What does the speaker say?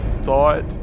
thought